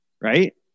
Right